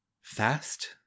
Fast